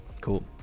cool